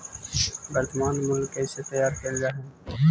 वर्तनमान मूल्य कइसे तैयार कैल जा हइ?